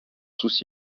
souci